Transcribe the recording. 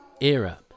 era